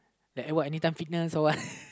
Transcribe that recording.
like what Anytime Fitness or what